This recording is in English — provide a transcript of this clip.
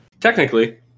Technically